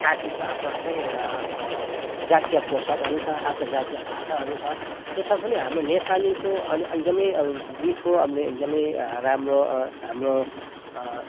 जातिको आफ्नो आफ्नै एउटा जातीय पोसाकहरू छ आफ्नो जातीय भाषाहरू छ त्यसमा पनि हाम्रो नेपालीको अलि एकदमै अब मिठो अब एकदमै राम्रो हाम्रो